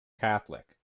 catholic